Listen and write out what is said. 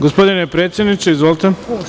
Gospodine predsedniče, izvolite.